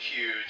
huge